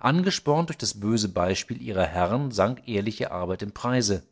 angespornt durch das böse beispiel ihrer herren sank ehrliche arbeit im preise